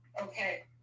Okay